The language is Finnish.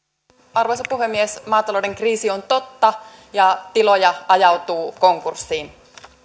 arvoisa puhemies maatalouden kriisi on totta ja tiloja ajautuu konkurssiin